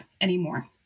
anymore